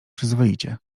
przyzwoicie